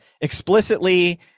explicitly